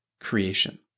creation